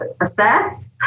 assess